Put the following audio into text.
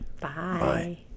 Bye